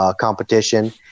competition